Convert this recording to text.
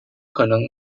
可能